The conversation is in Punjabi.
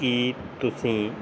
ਕੀ ਤੁਸੀਂ